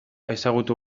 ezagutu